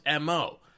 MO